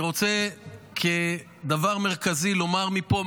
אני רוצה כדבר מרכזי לומר מפה,